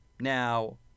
Now